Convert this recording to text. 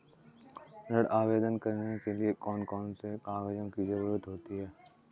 ऋण आवेदन करने के लिए कौन कौन से कागजों की जरूरत होती है?